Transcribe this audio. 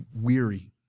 weary